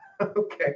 Okay